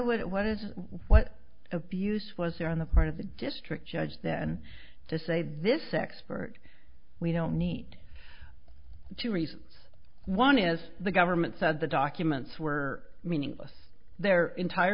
would it what is what abuse was there on the part of the district judge then to say this expert we don't need two reasons one is the government said the documents were meaningless their entire